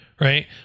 Right